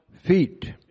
feet